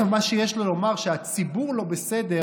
מה שיש לו לומר הוא שהציבור לא בסדר.